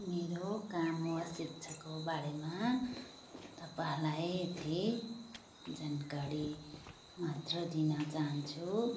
मेरो काम वा शिक्षाको बारेमा तपाईँहरूलाई यति जानकारी मात्र दिन चाहन्छु